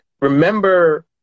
Remember